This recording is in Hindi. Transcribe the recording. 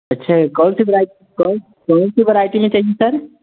अच्छा कौन सी वेराइटी कौन कौन सी वेराइटी में चाहिए सर